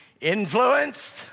Influenced